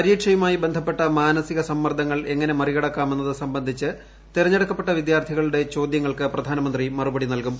പരീക്ഷയുമായി ബന്ധപ്പെട്ട മാനസിക സമ്മർദ്ദങ്ങൾ എങ്ങനെ മറികടക്കാമെന്നത് സംബന്ധിച്ച് തിരഞ്ഞെടുക്കപ്പെട്ട വിദ്യാർത്ഥികളുടെ ചോദ്യങ്ങൾക്ക് പ്രധാനമന്ത്രി മറുപടി നൽകും